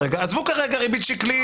עזבו כרגע ריבית שקלית.